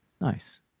Nice